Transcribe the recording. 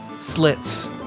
slits